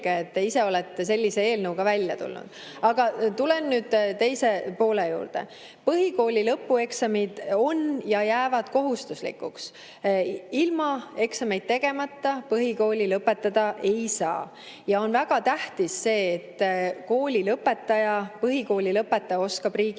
te ise olete sellise eelnõuga välja tulnud. Aga tulen nüüd teise poole juurde. Põhikooli lõpueksamid on kohustuslikud ja jäävad kohustuslikuks. Ilma eksameid tegemata põhikooli lõpetada ei saa. On väga tähtis, et põhikooli lõpetaja oskab riigikeelt.